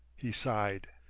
he sighed